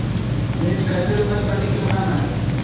मिर्च कैसे रुपए प्रति किलोग्राम है?